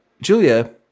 Julia